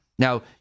Now